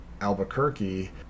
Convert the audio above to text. albuquerque